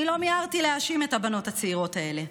אני לא מיהרתי להאשים את הבנות הצעירות האלה.